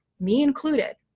me included,